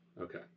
Okay